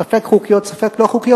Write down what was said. ספק חוקיות ספק לא חוקיות,